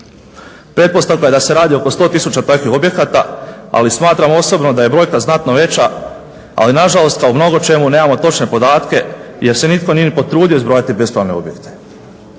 je da se radi oko 100 tisuća takvih objekata, ali smatram osobno da je brojka znatno veća ali nažalost, a o mnogočemu nemamo točne podatke jer se nitko nije ni potrudio zbrojiti bespravne objekte.